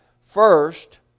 first